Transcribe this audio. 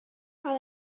dda